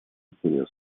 интерес